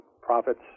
profits